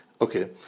Okay